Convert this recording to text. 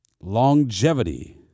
Longevity